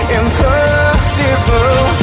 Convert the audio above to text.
impossible